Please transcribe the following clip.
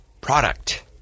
product